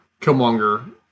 Killmonger